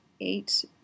eight